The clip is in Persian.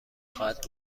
خواهد